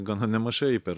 gana nemažai per